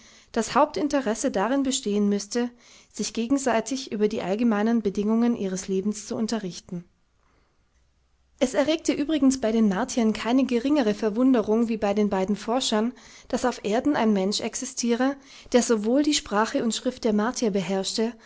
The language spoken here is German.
das hauptinteresse darin bestehen müßte sich gegenseitig über die allgemeinen bedingungen ihres lebens zu unterrichten es erregte übrigens bei den martiern keine geringere verwunderung wie bei den beiden forschern daß auf erden ein mensch existiere der sowohl die sprache und schrift der martier beherrschte